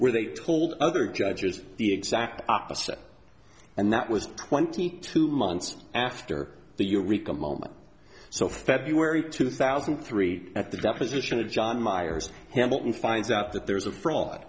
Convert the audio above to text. where they told other judges the exact opposite and that was twenty two months after the year reka moment so february two thousand and three at the deposition of john myers hamilton finds out that there is a fr